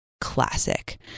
classic